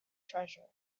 treasure